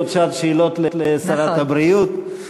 זאת שעת שאלות לשרת הבריאות, נכון.